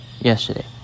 yesterday